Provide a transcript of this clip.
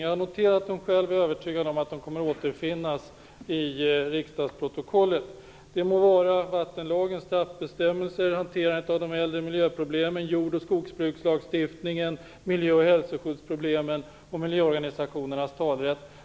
Jag har noterat detta, och jag är övertygad om att de kommer att finnas med i riksdagsprotokollet. Det rör sig om vattenlagen, straffbestämmelser, hanterandet av de äldre miljöproblemen, jord och skogsbrukslagstiftningen, miljö och hälsoskyddsproblemen samt miljöorganisationernas talerätt.